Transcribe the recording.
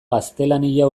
gaztelania